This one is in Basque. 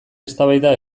eztabaida